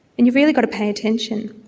and you've really got to pay attention.